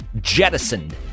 jettisoned